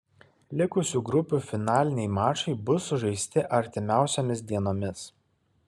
likusių grupių finaliniai mačai bus sužaisti artimiausiomis dienomis